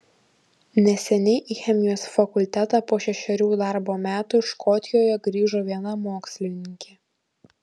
neseniai į chemijos fakultetą po šešerių darbo metų škotijoje grįžo viena mokslininkė